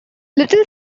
little